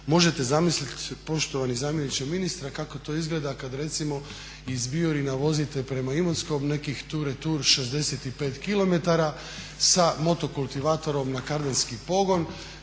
možete zamislit poštovani zamjeniče ministra kako to izgleda kad recimo iz … vozite prema Imotskom, nekih … 65 km sa motokultivatorom na … pogon.